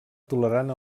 tolerant